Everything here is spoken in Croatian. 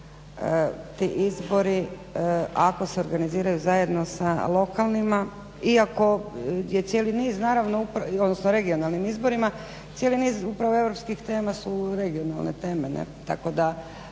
ti izbori ako se organiziraju zajedno sa lokalnima iako je cijeli niz naravno, odnosno regionalnim izborima cijeli niz upravo europskih tema su regionalne teme. Tako da